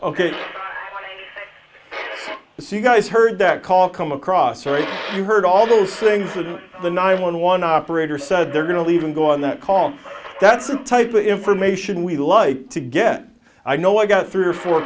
ok so you guys heard that call come across right you heard all those things that the nine one one operator said they're going to leave and go on that call that's the type of information we like to get i know i got three or four